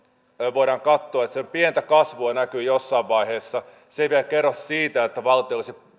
voidaan katsoa näkyvän pientä kasvua jossain vaiheessa ei vielä kerro siitä että valtio olisi ikään